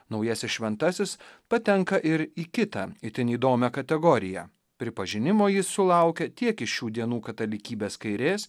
naujasis šventasis patenka ir į kitą itin įdomią kategoriją pripažinimo jis sulaukė tiek iš šių dienų katalikybės kairės